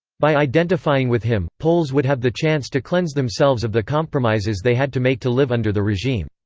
by identifying with him, poles would have the chance to cleanse themselves of the compromises they had to make to live under the regime.